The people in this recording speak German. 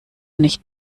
nicht